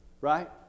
Right